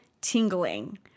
tingling